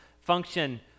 function